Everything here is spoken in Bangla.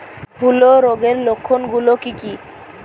হূলো রোগের লক্ষণ গুলো কি কি?